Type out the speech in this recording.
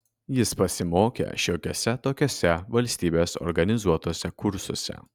jis pasimokė šiokiuose tokiuose valstybės organizuotuose kursuose